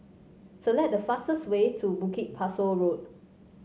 select the fastest way to Bukit Pasoh Road